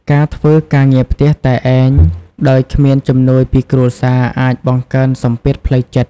ការធ្វើការងារផ្ទះតែឯង ដោយគ្មានជំនួយពីគ្រួសារអាចបង្កើនសំពាធផ្លូវចិត្ត។